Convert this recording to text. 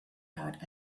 had